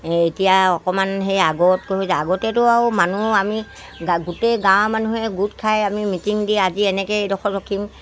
এতিয়া অকণমান সেই আগতকৈ আগতেতো আৰু মানুহ আমি গা গোটেই গাঁৱৰ মানুহে গোট খাই আমি মিটিং দি আজি এনেকৈ এইডখৰ ৰখিম